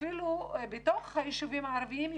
אפילו בתוך הישובים הערביים,